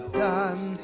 done